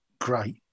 great